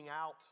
out